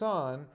Son